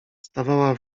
stawała